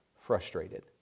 frustrated